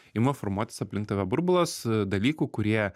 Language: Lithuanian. ima formuotis aplink tave burbulas dalykų kurie